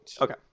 Okay